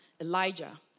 Elijah